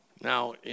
Now